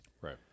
Right